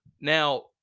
Now